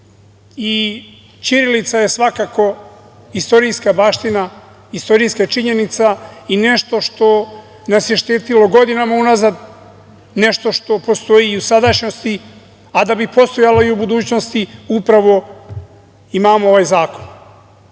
Ćirilica je svakako istorijska baština, istorijska činjenica i nešto što nas je štitilo godinama unazad, nešto što postoji i u sadašnjosti, a da bi postojala i u budućnosti upravo imamo ovaj zakon. Rekao